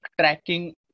tracking